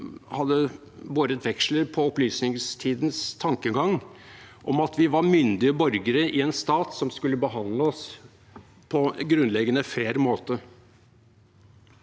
hadde trukket veksler på opplysningstidens tankegang om at vi var myndige borgere i en stat som skulle behandle oss på en grunnleggende fair måte.